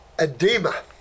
edema